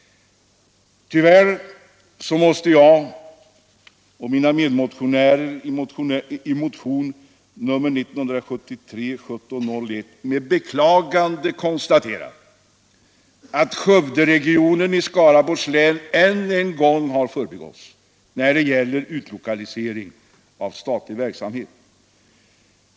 Tyvärr måste emellertid jag och mina medmotionärer i motionen 1701 med beklagande konstatera att Skövderegionen i Skaraborgs län än en gång har förbigåtts när det gäller utlokalisering av statlig verksamhet.